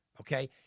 Okay